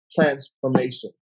transformation